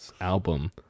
album